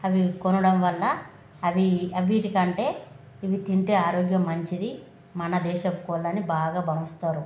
అవి కొనడం వల్ల అవి అవీటికంటే ఇవి తింటే ఆరోగ్యం మంచిది మన దేశపు కోళ్ళని బాగా భరమిస్తారు